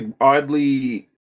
oddly